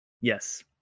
Yes